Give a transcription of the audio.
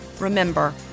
Remember